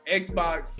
xbox